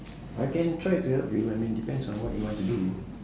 I can try to help you I mean depends on what you want to do